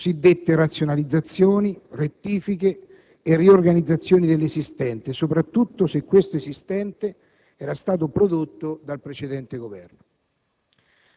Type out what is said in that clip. cosiddette razionalizzazioni, rettifiche o riorganizzazioni dell'esistente, soprattutto se questo esistente ero stato prodotto dal precedente Governo.